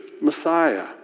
messiah